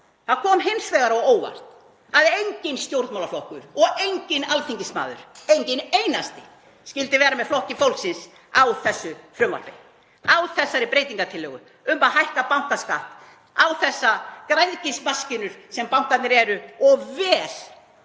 Það kom hins vegar á óvart að enginn stjórnmálaflokkur og enginn alþingismaður, enginn einasti, skyldi vera með Flokki fólksins á þessu frumvarpi, á þessari breytingartillögu um að hækka bankaskatt á þessa græðgismaskínur sem bankarnir eru og vel